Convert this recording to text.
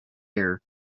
air